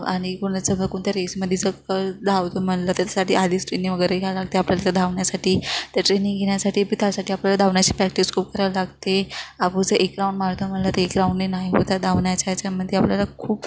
आणि कोणाचं बघून त्या रेसमध्ये जर धावतो म्हटलं त्याच्यासाठी आधीच ट्रेनिंग वगैरे घ्या लागते आपल्याला धावण्यासाठी त्या ट्रेनिंग घेण्यासाठी बी त्यासाठी आपल्याला धावण्याची प्रॅक्टिस खूप करावी लागते आपण जर एक राऊंड मारतो म्हटलं तर एक राऊंडही नाही होतं धावण्याच्या याच्यामध्ये आपल्याला खूप